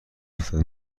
افتد